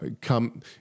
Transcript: come